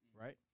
right